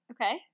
Okay